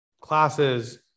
classes